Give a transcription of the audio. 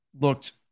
looked